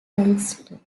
dunston